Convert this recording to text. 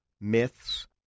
myths